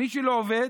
מי שלא עובד,